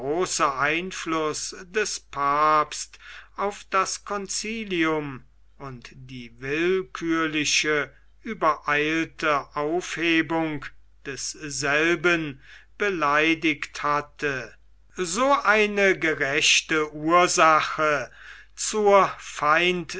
einfluß des papsts auf das concilium und die willkürliche übereilte aufhebung desselben beleidigt hatte so eine gerechte ursache zur